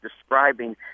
describing